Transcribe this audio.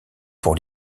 pour